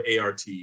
ART